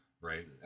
right